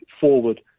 forward